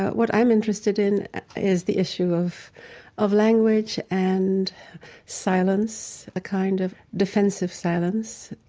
but what i'm interested in is the issue of of language and silence, a kind of defensive silence,